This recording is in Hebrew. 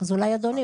אז אולי אדוני,